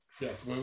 Yes